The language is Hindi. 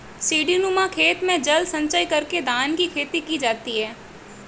सीढ़ीनुमा खेत में जल संचय करके धान की खेती की जाती है